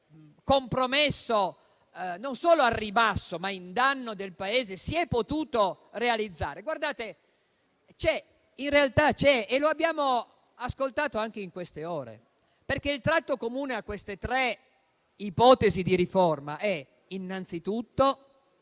questo compromesso non solo al ribasso, ma in danno del Paese, si è potuto realizzare? In realtà c'è, e lo abbiamo ascoltato anche nelle ultime ore. Il tratto comune a queste tre ipotesi di riforma è innanzitutto